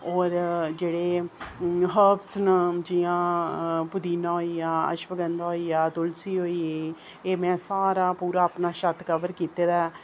होर जेह्ड़े हर्ब्स न जियां पुदीना होई गेआ अश्वगंधा होई गेआ तुलसी होई गेई एह् मैं सारा पूरा अपना छत्त कवर कीते दा ऐ